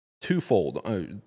twofold